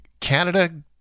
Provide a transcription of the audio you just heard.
Canada